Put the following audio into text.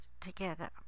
together